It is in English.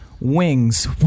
wings